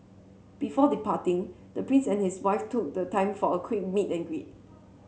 before departing the prince and his wife took the time for a quick meet and greet